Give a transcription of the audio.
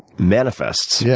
manifests. yeah